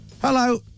Hello